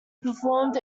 performed